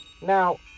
Now